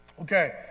Okay